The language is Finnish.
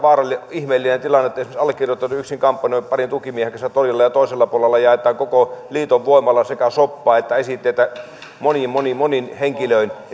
ihmeellinen tilanne jos esimerkiksi allekirjoittanut yksin kampanjoi parin tukimiehen kanssa torilla ja toisella puolella jaetaan koko liiton voimalla sekä soppaa että esitteitä monin monin monin henkilöin